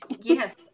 Yes